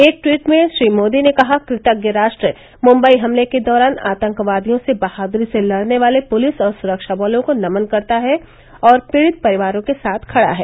एक ट्वीट में श्री मोदी ने कहा कृतज्ञ राष्ट्र मुम्बई हमले के दौरान आतंकवादियों से बहाद्री से लड़ने वाले पुलिस और सुरक्षा बलों को नमन करता है और पीड़ित परिवारों के साथ खड़ा है